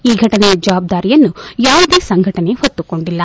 ಈ ಫಟನೆಯ ಜವಾಬ್ದಾರಿಯನ್ನು ಯಾವುದೇ ಸಂಘಟನೆ ಹೊತ್ತುಕೊಂಡಿಲ್ಲ